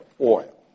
oil